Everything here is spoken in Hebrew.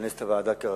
לכנס את הוועדה כרגיל,